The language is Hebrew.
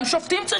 גם שופטים.